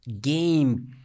game